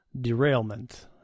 derailment